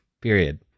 period